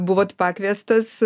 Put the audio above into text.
buvot pakviestas